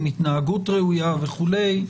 התנהגות ראויה וכולי,